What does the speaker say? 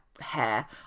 hair